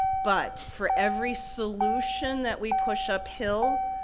but for every solution that we push uphill,